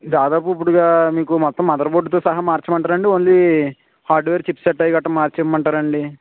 దాదాపు ఇప్పుడుగా మీకు మొత్తం మదర్బోర్డుతో సహా మార్చమంటారా అండీ ఓన్లీ హార్డ్వేర్ చిప్స్సెట్ అవి గట్రా మార్చి ఇవ్వమంటారా అండీ